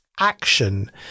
action